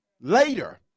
later